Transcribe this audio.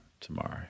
Tomorrow